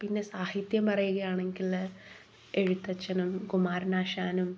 പിന്നെ സാഹിത്യം പറയുകയാണെങ്കിൽ എഴുത്തച്ഛനും കുമാരനാശാനും